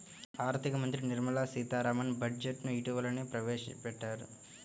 ఆర్ధిక మంత్రి నిర్మలా సీతారామన్ బడ్జెట్ ను ఇటీవలనే ప్రవేశపెట్టారు